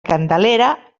candelera